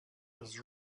was